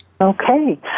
Okay